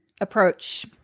approach